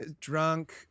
drunk